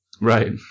Right